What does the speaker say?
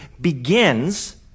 begins